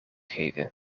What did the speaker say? geven